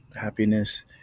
happiness